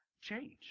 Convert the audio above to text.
change